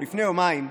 או לפני יומיים,